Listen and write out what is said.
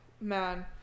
man